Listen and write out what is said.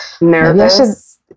nervous